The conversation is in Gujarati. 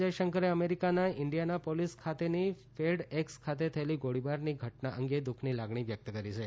જયશંકરે અમેરિકાના ઇન્ડિયાનાપોલીસ ખાતેની ફેડ એકસ ખાતે થયેલી ગોળીબારની ઘટના અંગે દુઃખની લાગણી વ્યક્ત કરી છે